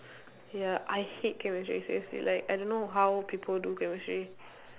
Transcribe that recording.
ya I hate chemistry seriously like I don't know how people do chemistry